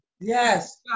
Yes